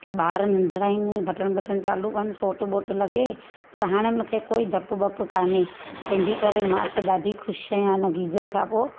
की ॿार नंढड़ा आहिनि बटन वटन चालू कनि सोट वोट लॻे पर हाणे मूंखे कोई ॾपु वपु कान्हे तंहिंजे करे मां त ॾाढी ख़ुशि आहियां इन गीजर खां पोइ